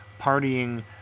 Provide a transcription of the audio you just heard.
partying